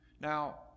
Now